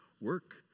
work